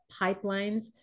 pipelines